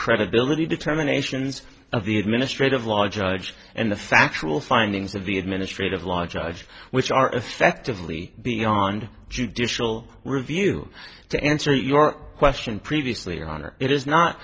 credibility determinations of the administrative law judge and the factual findings of the administrative law judge which are effectively beyond judicial review to answer your question previously your honor it is not